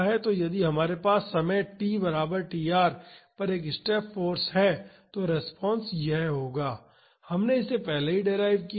तो यदि हमारे पास समय t बराबर tr पर एक स्टेप फाॅर्स है तो रिस्पांस यह होगा हमने इसे पहले ही डीराइव किया था